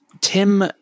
Tim